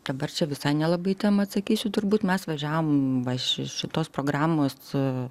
dabar čia visai nelabai į temą atsakysiu turbūt mes važiavom iš šitos programos su